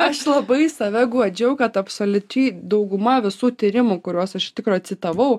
aš labai save guodžiau kad absoliuti dauguma visų tyrimų kuriuos aš iš tikro citavau